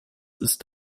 ist